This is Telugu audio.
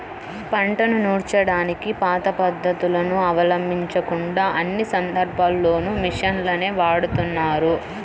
పంటను నూర్చడానికి పాత పద్ధతులను అవలంబించకుండా అన్ని సందర్భాల్లోనూ మిషన్లనే వాడుతున్నారు